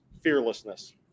fearlessness